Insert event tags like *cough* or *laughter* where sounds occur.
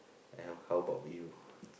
and how about you *breath*